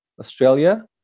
Australia